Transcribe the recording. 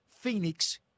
Phoenix